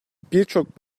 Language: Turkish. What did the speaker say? birçok